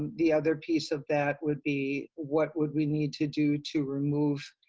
the other piece of that would be, what would we need to do to remove